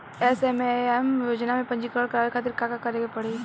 SMAM योजना में पंजीकरण करावे खातिर का का करे के पड़ी?